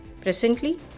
Presently